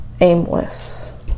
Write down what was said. aimless